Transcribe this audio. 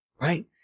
right